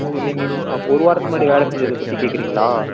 ஓ நீங்கள் ஒரு வாரத்துக்கு முன்னாடி வேலை செஞ்சதை பற்றி கேட்கிறீங்களா